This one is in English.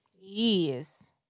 Yes